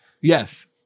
Yes